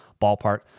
ballpark